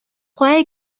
кая